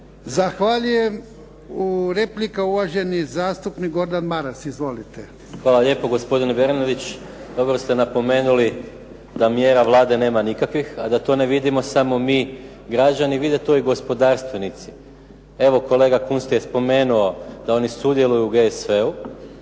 Zahvaljujem. Replika, uvaženi zastupnik Gordan Maras. Izvolite. **Maras, Gordan (SDP)** Hvala lijepo gospodine Bernardić, dobro ste napomenuli da mjera Vlade nema nikakvih a da to ne vidimo samo mi građani, vide to i gospodarstvenici. Evo, kolega Kunst je spomenuo da oni sudjeluju u GSV-u